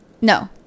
No